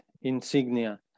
Insignia